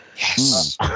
Yes